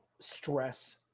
stress